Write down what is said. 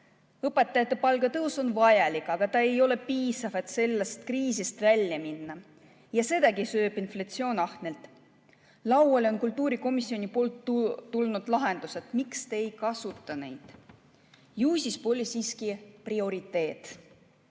Õpetajate palga tõus on vajalik, aga ta ei ole piisav, et sellest kriisist välja tulla, ja sedagi sööb inflatsioon ahnelt. Laual on kultuurikomisjoni poolt tulnud lahendused. Miks te ei kasuta neid? Ju siis pole siiski prioriteet.